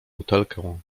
butelkę